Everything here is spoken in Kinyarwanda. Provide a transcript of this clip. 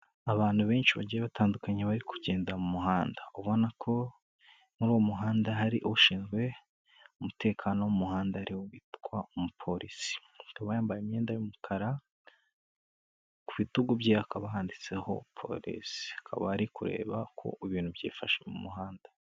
Abantu benshi bagiye batandukanye bari kugenda mu muhanda, ubona ko muri uwo muhanda hari ushinzwe umutekano mu muhanda ari we witwa umupolisi. Akaba yambaye imyenda y'umukara ku bitugu bye hakaba handitseho polisi, akaba ari kureba ko ibintu byifashe mu muhanda.